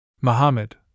Muhammad